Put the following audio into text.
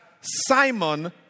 Simon